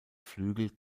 flügel